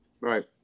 right